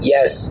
Yes